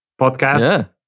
podcast